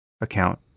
account